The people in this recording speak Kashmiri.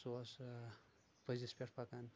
سُہ اوس پٔزِس پٮ۪ٹھ پٮ۪کان